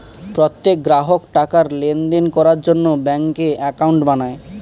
প্রত্যেক গ্রাহক টাকার লেনদেন করার জন্য ব্যাঙ্কে অ্যাকাউন্ট বানায়